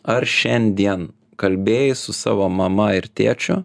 ar šiandien kalbėjai su savo mama ir tėčiu